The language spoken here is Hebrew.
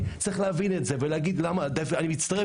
צריך להבין את זה ולהגיד שאתה מצטרף.